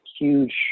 huge